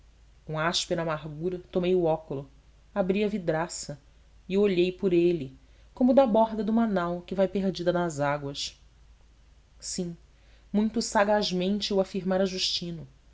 com áspera amargura tomei o óculo abri a vidraça e olhei por ele como da borda de uma nau que vai perdida nas águas sim muito sagazmente o afirmara justino